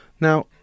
Now